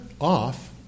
off